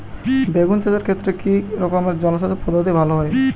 বেগুন চাষের ক্ষেত্রে কি রকমের জলসেচ পদ্ধতি ভালো হয়?